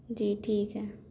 जी ठीक है